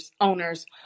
owners